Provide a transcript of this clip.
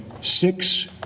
six